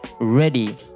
ready